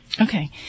Okay